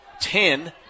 ten